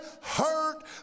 hurt